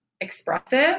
expressive